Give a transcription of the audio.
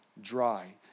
dry